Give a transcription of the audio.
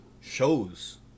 shows